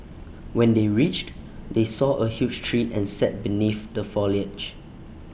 when they reached they saw A huge tree and sat beneath the foliage